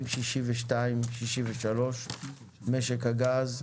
רק סעיפים 63-62 - משק הגז,